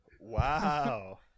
Wow